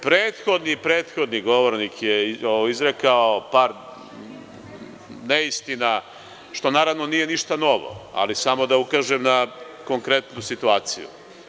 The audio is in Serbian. Prethodni, prethodni govornik je izrekao par neistina, što naravno nije ništa novo, ali samo da ukažem na konkretnu situaciju.